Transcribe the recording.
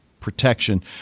protection